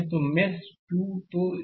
तो मेष 2 तो यह